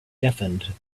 deafened